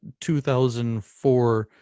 2004